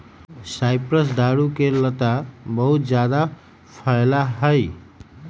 cypress दारू के लता बहुत जादा फैला हई